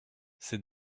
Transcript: ces